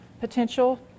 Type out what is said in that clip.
potential